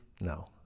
No